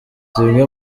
zimwe